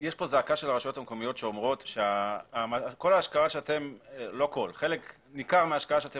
יש פה זעקה של הרשויות המקומיות שאומרות שחלק ניכר מההשקעה שאתם